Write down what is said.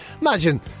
Imagine